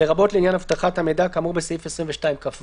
לרבות לעניין אבטחת המידע כאמור בסעיף 22כו."